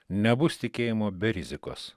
nebus tikėjimo be rizikos